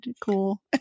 Cool